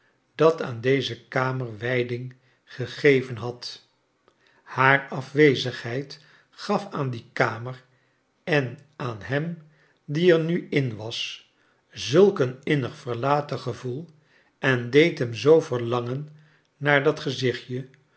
dat aan deze kamer wij ding gegeven had haar afwezigheid gaf aan die kamer en aan hem die er nu in was zulk een innig verlaten gevoel en deed hem zoo verlangen naar dat gezicht